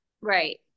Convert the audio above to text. right